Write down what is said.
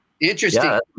Interesting